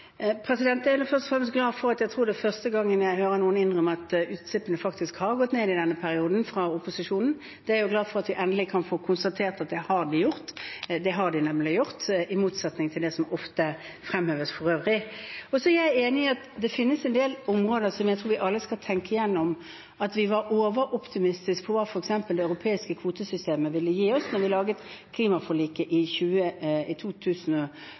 Jeg er først og fremst glad for å høre – jeg tror det er første gang – noen fra opposisjonen innrømme at utslippene faktisk har gått ned i denne perioden. Jeg glad for at vi endelig kan få konstatert at det har de gjort, for det har de nemlig gjort, i motsetning til det som ofte fremheves for øvrig. Jeg er enig i at det finnes en del områder, som jeg tror vi alle skal tenke igjennom, som vi var overoptimistiske på, f.eks. hva det europeiske kvotesystemet ville gi oss, da vi laget klimaforliket i